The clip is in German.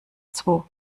zwo